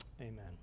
amen